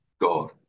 God